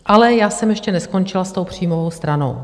Ale já jsem ještě neskončila s tou příjmovou stranou.